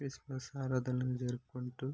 Christmas ఆరాధనలు జరుపుకుంటూ